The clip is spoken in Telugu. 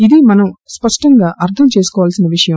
ఇది మనం స్పష్టంగా అర్థం చేసుకోవాల్సిన విషయం